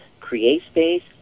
CreateSpace